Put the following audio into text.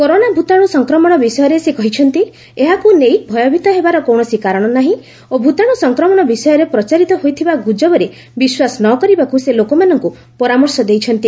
corona ଭୂତାଣ୍ର ସଂକ୍ରମଣ ବିଷୟରେ ସେ କହିଛନ୍ତି ଏହାକୁ ନେଇ ଭୟଭୀତ ହେବାର କୌଣସି କାରଣ ନାହିଁ ଓ ଭୂତାଣୁ ସଂକ୍ରମଣ ବିଷୟରେ ପ୍ରଚାରିତ ହୋଇଥିବା ଗ୍ରଜବରେ ବିଶ୍ୱାସ ନ କରିବାକୁ ସେ ଲୋକମାନଙ୍କ ପରାମର୍ଶ ଦେଇଛନ୍ତି